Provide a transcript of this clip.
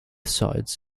sides